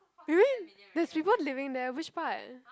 really there's people living there which part